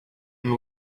and